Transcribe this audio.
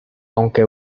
aunque